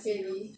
really